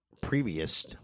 Previous